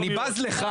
אני בז לך.